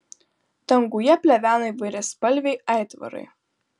danguje plevena įvairiaspalviai aitvarai